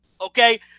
okay